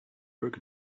broke